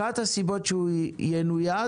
אחת הסיבות שהוא ינויד